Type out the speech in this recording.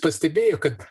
pastebėjo kad